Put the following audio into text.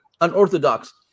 unorthodox